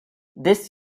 this